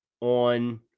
on